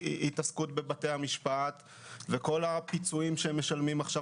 ההתעסקות בבתי המשפט וכל הפיצויים שהם משלמים עכשיו